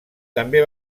també